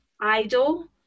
idle